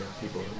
people